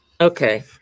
Okay